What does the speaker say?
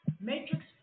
Matrix